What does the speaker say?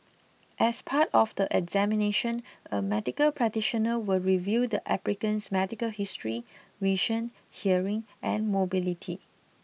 as part of the examination a medical practitioner will review the applicant's medical history vision hearing and mobility